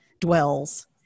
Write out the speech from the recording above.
dwells